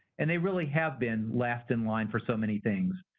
and they really have been left in line for so many things.